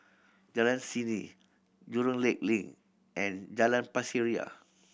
Jalan Seni Jurong Lake Link and Jalan Pasir Ria